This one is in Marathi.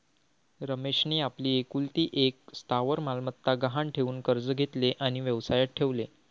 रमेशने आपली एकुलती एक स्थावर मालमत्ता गहाण ठेवून कर्ज घेतले आणि व्यवसायात ठेवले